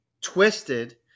twisted